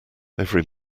every